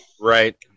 right